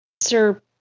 Sir